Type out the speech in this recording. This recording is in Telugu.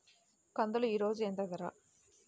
కందులు ఈరోజు ఎంత ధర?